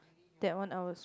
that one I was